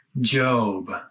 Job